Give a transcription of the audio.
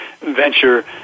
venture